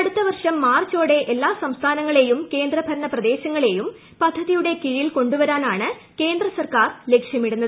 അടുത്ത വർഷം മാർച്ചോടെ എല്ലാ സംസ്ഥാനങ്ങളേയും കേന്ദ്രഭരണ പ്രദേശങ്ങളേയും പദ്ധതിയുടെ കീഴിൽ കൊണ്ടുവരാനാണ് കേന്ദ്ര സർക്കാർ ലക്ഷ്യമിടുന്നത്